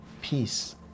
Peace